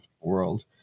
world